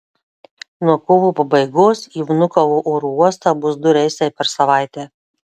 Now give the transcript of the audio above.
nuo kovo pabaigos į vnukovo oro uostą bus du reisai per savaitę